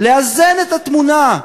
לאזן את התמונה.